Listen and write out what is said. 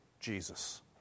Jesus